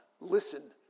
Listen